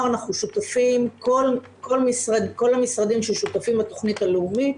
כל המשרדים ששותפים בתוכנית הלאומית,